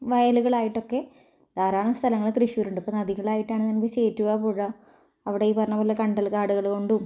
വയലുകളായിട്ടൊക്കെ ധാരാളം സ്ഥലങ്ങൾ തൃശ്ശൂർ ഉണ്ട് ഇപ്പോൾ നദികളായിട്ടാണേ ചേറ്റുവാ പുഴ അവിടെ ഈ പറഞ്ഞ പോലെ കണ്ടല് കാടുകള് കൊണ്ടും